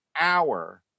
hour